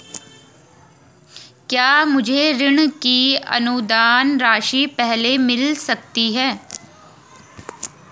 क्या मुझे ऋण की अनुदान राशि पहले मिल सकती है?